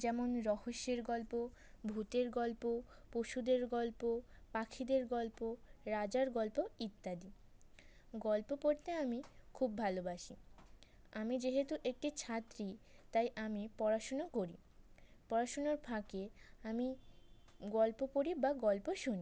যেমন রহস্যের গল্প ভূতের গল্প পশুদের গল্প পাখিদের গল্প রাজার গল্প ইত্যাদি গল্প পড়তে আমি খুব ভালোবাসি আমি যেহেতু একটি ছাত্রী তাই আমি পড়াশোনা করি পড়াশোনার ফাঁকে আমি গল্প পড়ি বা গল্প শুনি